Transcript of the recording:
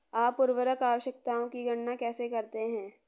आप उर्वरक आवश्यकताओं की गणना कैसे करते हैं?